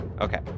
Okay